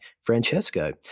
Francesco